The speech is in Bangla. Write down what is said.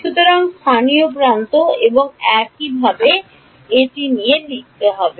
সুতরাং স্থানীয় প্রান্ত এবং একইভাবে এই টি হবে